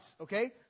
okay